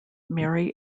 mary